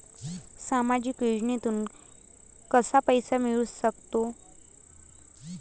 सामाजिक योजनेतून कसा पैसा मिळू सकतो?